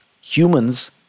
humans